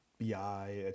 BI